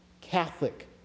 Catholic